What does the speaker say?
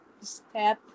step